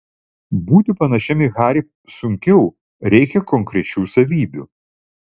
būti panašiam į harį sunkiau reikia konkrečių savybių